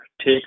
take